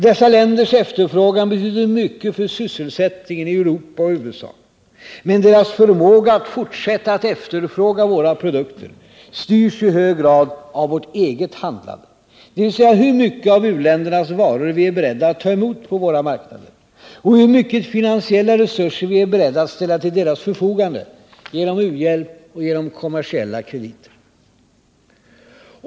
Dessa länders efterfrågan betyder mycket för sysselsättningen i Europa och USA. Men deras förmåga att fortsätta att efterfråga våra produkter styrs i hög grad av vårt eget handlande, dvs. hur mycket av uländernas varor vi är beredda att ta emot på våra marknader och hur stora finansiella resurser vi är beredda att ställa till deras förfogande, genom u-hjälp och genom kommersiella krediter.